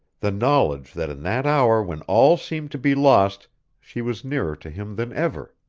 the knowledge that in that hour when all seemed to be lost she was nearer to him than ever.